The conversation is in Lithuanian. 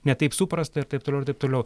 ne taip suprasta ir taip toliau ir taip toliau